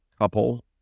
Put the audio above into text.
couple